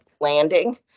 landing